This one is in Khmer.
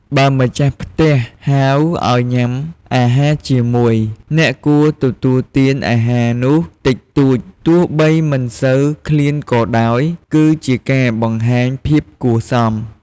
បើម្ចាស់ផ្ទះហៅឲ្យញុំាអាហារជាមួយ អ្នកគួរទទួលទានអាហារនោះតិចតួច ទោះបីមិនសូវឃ្លានក៏ដោយ គឺជាការបង្ហាញភាពគួរសម។